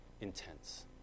intense